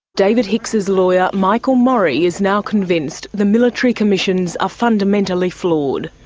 david hicks's lawyer michael mori is now convinced the military commissions are fundamentally flawed.